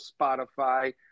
Spotify